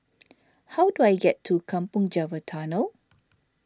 how do I get to Kampong Java Tunnel